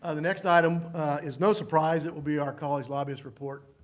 ah the next item is no surprise, it will be our college lobbyist report.